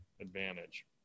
advantage